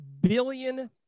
billion